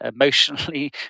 emotionally